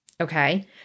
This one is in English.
Okay